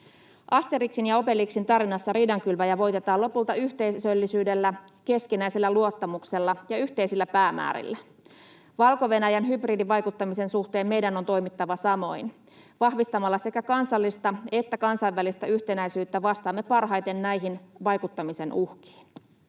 Asterixin ja Obelixin tarinassa riidankylväjä voitetaan lopulta yhteisöllisyydellä, keskinäisellä luottamuksella ja yhteisillä päämäärillä. Valko-Venäjän hybridivaikuttamisen suhteen meidän on toimittava samoin. Vahvistamalla sekä kansallista että kansainvälistä yhtenäisyyttä vastaamme parhaiten näihin vaikuttamisen uhkiin.